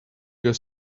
your